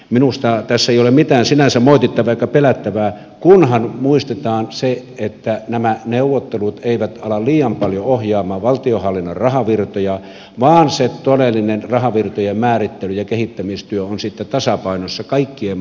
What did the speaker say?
minusta tässä ei ole sinänsä mitään moitittavaa eikä pelättävää kunhan muistetaan se että nämä neuvottelut eivät ala liian paljon ohjaamaan valtionhallinnon rahavirtoja vaan se todellinen rahavirtojen määrittely ja kehittämistyö on tasapainossa kaikkien maakuntien kanssa